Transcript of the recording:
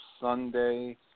Sunday